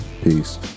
Peace